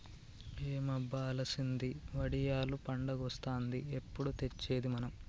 ఏం అబ్బ అలసంది వడియాలు పండగొస్తాంది ఎప్పుడు తెచ్చేది మనం